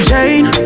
Jane